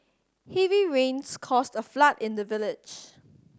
heavy rains caused a flood in the village